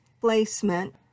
placement